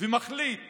ומחליט